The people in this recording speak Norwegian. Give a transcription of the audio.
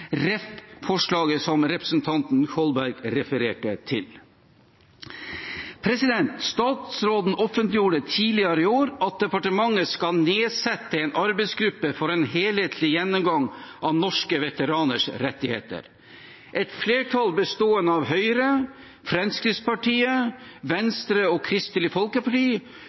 forslaget som representanten Kolberg refererte til. Statsråden offentliggjorde tidligere i år at departementet skal nedsette en arbeidsgruppe for en helhetlig gjennomgang av norske veteraners rettigheter. Et flertall, bestående av Høyre, Fremskrittspartiet, Venstre og Kristelig Folkeparti,